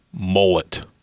mullet